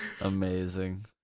Amazing